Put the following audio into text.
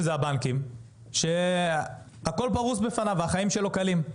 הבנקים שהכול פרוס בפניו והחיים שלו קלים.